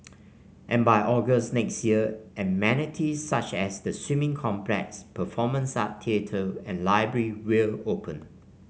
and by August next year amenities such as the swimming complex performance arts theatre and library will open